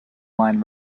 line